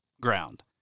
ground